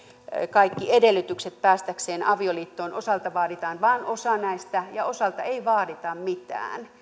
kaikki edellytykset avioliittoon pääsemiseksi osalta vaaditaan vain osa näistä ja osalta ei vaadita mitään